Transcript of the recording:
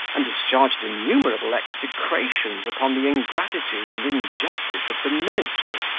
and discharged innumerable execrations upon the ingratitude and injustice of the ministry,